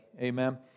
Amen